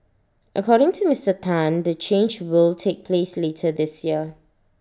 according to Mister Tan the change will take place later this year